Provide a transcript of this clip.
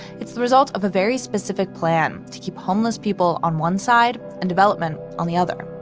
it's the result of a very specific plan to keep homeless people on one side and development on the other.